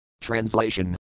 Translation